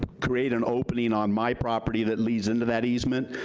create an opening on my property that leads into that easement,